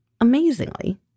amazingly